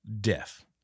deaf